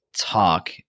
talk